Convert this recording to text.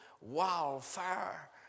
wildfire